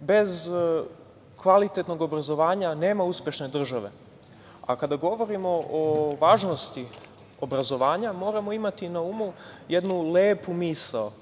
Bez kvalitetnog obrazovanja nema uspešne države, a kada govorimo o važnosti obrazovanja, moramo imati na umu jednu lepu misao.